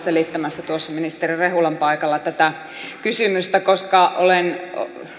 selittämässä tuossa ministeri rehulan paikalla tätä kysymystä koska olen